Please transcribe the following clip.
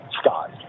Scott